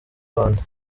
rwanda